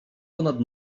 ponad